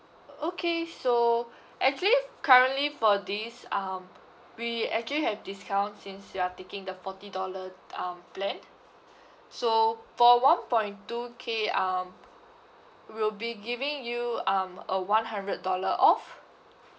okay so actually currently for this um we actually have discount since you are taking the forty dollar um plan so for one point two K um we will be giving you um a one hundred dollar off